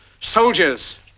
Soldiers